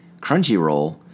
Crunchyroll